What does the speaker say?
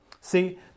See